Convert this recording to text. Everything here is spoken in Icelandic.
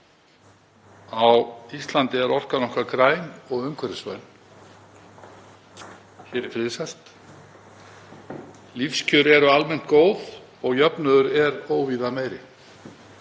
Á Íslandi er orkan okkar græn og umhverfisvæn. Hér er friðsælt, lífskjör eru almennt góð og jöfnuður er óvíða meiri.